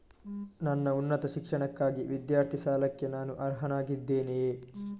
ನನ್ನ ಉನ್ನತ ಶಿಕ್ಷಣಕ್ಕಾಗಿ ವಿದ್ಯಾರ್ಥಿ ಸಾಲಕ್ಕೆ ನಾನು ಅರ್ಹನಾಗಿದ್ದೇನೆಯೇ?